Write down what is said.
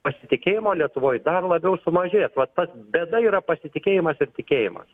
pasitikėjimo lietuvoj dar labiau sumažės va tas bėda yra pasitikėjimas ir tikėjimas